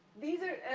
these are,